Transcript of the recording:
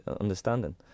understanding